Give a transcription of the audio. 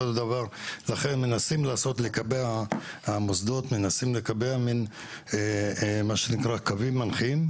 לכן המוסדות מנסים לקבע קווים מנחים,